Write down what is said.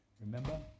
Remember